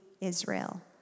Israel